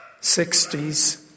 Sixties